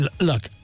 look